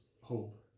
hope